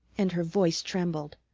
and her voice trembled.